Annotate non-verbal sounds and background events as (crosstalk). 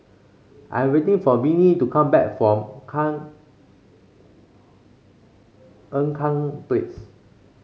I'm waiting for Venie to come back from (unintelligible) Ean Kiam Place